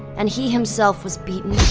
and he himself was beaten,